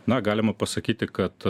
na galima pasakyti kad